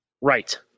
Right